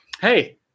Hey